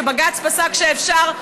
שבג"ץ פסק שאפשר,